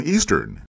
Eastern